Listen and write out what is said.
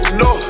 no